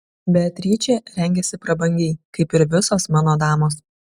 beatričė rengiasi prabangiai kaip ir visos mano damos